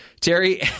Terry